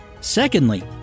Secondly